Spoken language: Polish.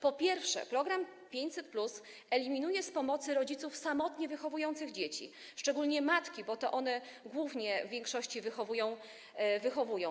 Po pierwsze, program 500+ eliminuje z pomocy rodziców samotnie wychowujących dzieci, szczególnie matki, bo to one głównie, w większości je wychowują.